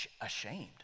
ashamed